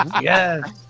Yes